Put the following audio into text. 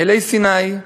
אלי-סיני,